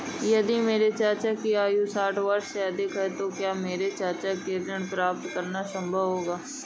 यदि मेरे चाचा की आयु साठ वर्ष से अधिक है तो क्या मेरे चाचा के लिए ऋण प्राप्त करना संभव होगा?